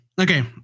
okay